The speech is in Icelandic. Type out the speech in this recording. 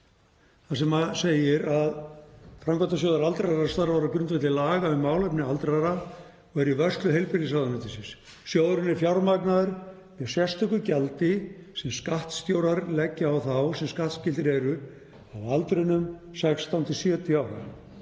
þar sem segir að: „Framkvæmdasjóður aldraðra starfar á grundvelli laga um málefni aldraðra og er í vörslu heilbrigðisráðuneytisins. Sjóðurinn er fjármagnaður með sérstöku gjaldi sem skattstjórar leggja á þá sem skattskyldir eru á aldrinum 16–70 ára,